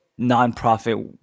nonprofit